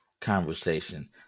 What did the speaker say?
conversation